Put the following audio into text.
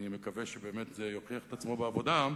אני מקווה שזה באמת יוכיח את עצמו בעבודה.